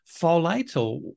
folate